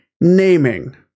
naming